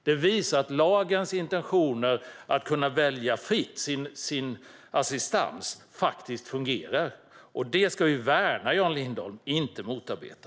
Det visar att lagens intentioner att man fritt ska kunna välja sin assistans fungerar, och det ska vi värna, Jan Lindholm, inte motarbeta.